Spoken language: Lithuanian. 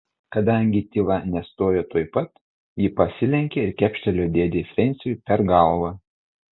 kadangi tyla nestojo tuoj pat ji pasilenkė ir kepštelėjo dėdei frensiui per galvą